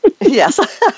yes